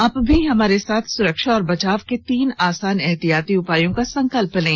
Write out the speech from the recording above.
आप भी हमारे साथ सुरक्षा और बचाव के तीन आसान एहतियाती उपायों का संकल्प लें